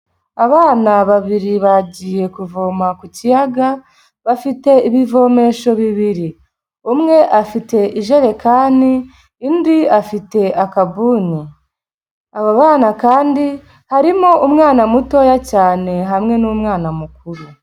Abana babiri bagiye kuvoma ku kiyaga, bafite ibivomesho bibiri. Umwe afite ijerekani undi afite akabuni. Aba bana kandi harimo umwana mutoya cyane hamwe n'umwana mukuru.